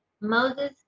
Moses